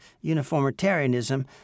uniformitarianism